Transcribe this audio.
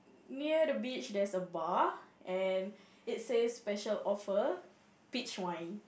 near the beach there's a bar and it says special offer peach wine